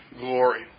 glory